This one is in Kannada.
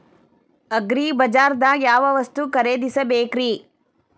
ಅಗ್ರಿಬಜಾರ್ದಾಗ್ ಯಾವ ವಸ್ತು ಖರೇದಿಸಬೇಕ್ರಿ?